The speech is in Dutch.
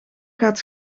gaat